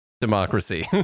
democracy